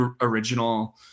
original